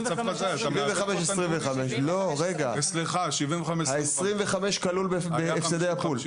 75-25 ה-25 כלול בהפסדי הפול.